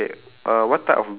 is it yellow colour